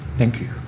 thank you.